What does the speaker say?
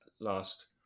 last